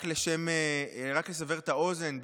רק לסבר את האוזן,